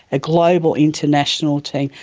a global international team,